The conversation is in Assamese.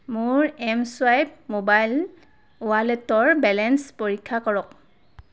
মোৰ এম চুৱাইপ ম'বাইল ৱালেটৰ বেলেঞ্চ পৰীক্ষা কৰক